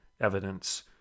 evidence